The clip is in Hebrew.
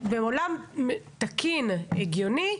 בעולם תקין והגיוני,